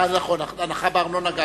נכון, גם הנחה בארנונה.